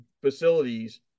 facilities